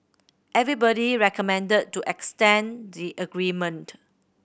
everybody recommended to extend the agreement